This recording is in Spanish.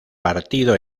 partido